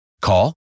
Call